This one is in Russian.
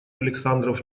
александров